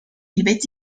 البيت